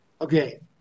Okay